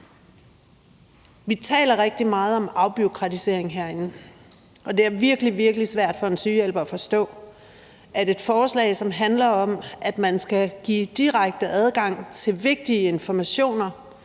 Vi taler rigtig meget om afbureaukratisering herinde, og det er virkelig, virkelig svært for en sygehjælper at forstå, at et forslag, som handler om, at man skal give direkte adgang til vigtige informationer,